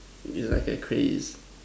you like a crays